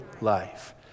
life